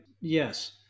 yes